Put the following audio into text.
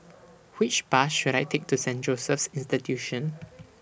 Which Bus should I Take to Saint Joseph's Institution